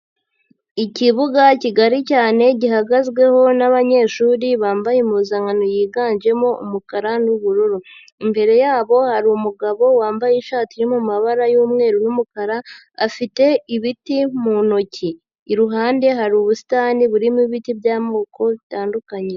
Ikibuga kigari cyane gihagazweho n'abanyeshuri bambaye impuzankano yiganjemo umukara n'ubururu, imbere yabo hari umugabo wambaye ishati yo mabara y'umweru n'umukara, afite ibiti mu ntoki, iruhande hari ubusitani burimo ibiti by'amoko bitandukanye.